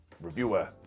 reviewer